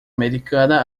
americana